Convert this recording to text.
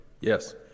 Yes